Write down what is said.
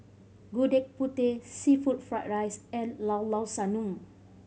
Gudeg Putih seafood fried rice and Llao Llao Sanum